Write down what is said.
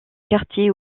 quartier